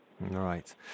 Right